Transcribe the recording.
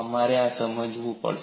તમારે આ સમજવું પડશે